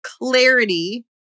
clarity